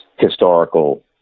historical